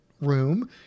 room